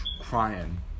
crying